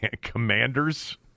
commanders